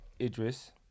Idris